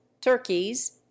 turkeys